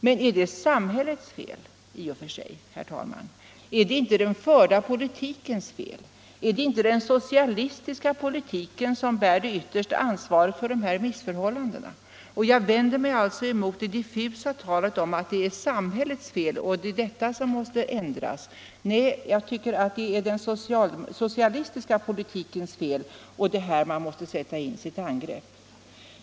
Men är det samhällets fel i och för sig, herr talman? Är det inte den förda politikens fel? Är det inte den socialistiska politiken som bär det yttersta ansvaret för dessa missförhållanden? Jag vänder mig alltså mot det difffusa talet om att det är samhällets fel och att det är samhället som måste ändras. Jag tycker det är den socialistiska politikens fel. Det är här man måste sätta in sitt angrepp.